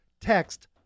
text